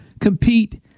Compete